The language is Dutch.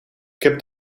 heb